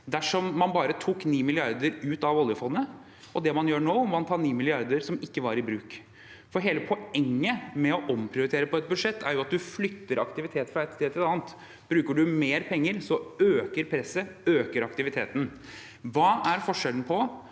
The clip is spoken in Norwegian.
dersom man bare tok 9 mrd. kr ut av oljefondet, og det man gjør nå med å ta 9 mrd. kr som ikke var i bruk. Hele poenget med å omprioritere på et budsjett er jo at man flytter aktivitet fra et sted til annet. Bruker man mer penger, øker presset, øker aktiviteten. Hva er forskjellen på